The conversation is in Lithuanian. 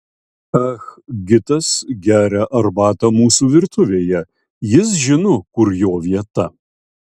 ah gitas geria arbatą mūsų virtuvėje jis žino kur jo vieta